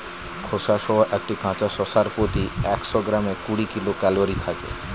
খোসাসহ একটি কাঁচা শসার প্রতি একশো গ্রামে কুড়ি কিলো ক্যালরি থাকে